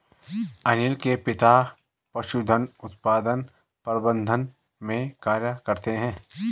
अनील के पिता पशुधन उत्पादन प्रबंधन में कार्य करते है